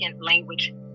language